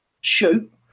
shoot